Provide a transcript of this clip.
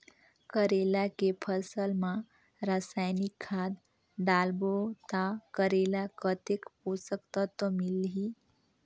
करेला के फसल मा रसायनिक खाद डालबो ता करेला कतेक पोषक तत्व मिलही?